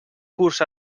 curs